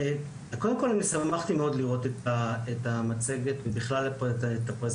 קודם כל אני שמחתי מאוד לראות את המצגת ובכלל את הפרזנטציה,